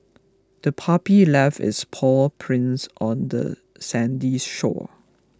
the puppy left its paw prints on the sandy shore